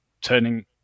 turning